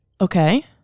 Okay